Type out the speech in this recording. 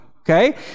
okay